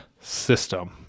system